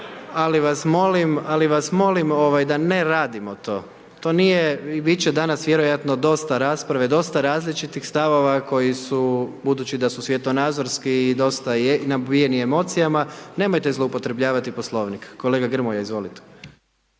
ali vas molim da ne radimo to. Bit će danas vjerojatno dosta rasprave, dosta različitih stavova koji su budući da su svjetonazorski dosta nabijeni emocijama, nemojte zloupotrebljavati Poslovnik. Kolega Grmoja, izvolite.